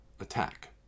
attack